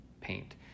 paint